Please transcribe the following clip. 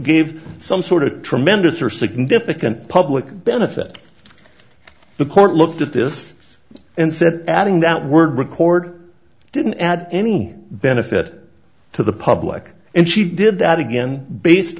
gave some sort of tremendous or significant public benefit the court looked at this and said adding that word record didn't add any benefit to the public and she did that again based